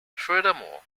furthermore